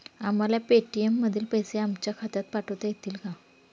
आम्हाला पेटीएम मधील पैसे आमच्या खात्यात पाठवता येतील का?